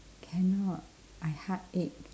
cannot I heartache